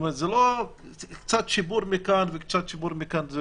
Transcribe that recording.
זאת אומרת זה לא קצת שיפור מכאן וקצת שיפור מכאן.